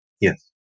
Yes